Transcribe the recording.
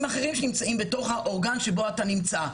אחרים שנמצאים בתוך האורגן שבו אתה נמצא.